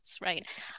right